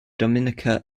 dominica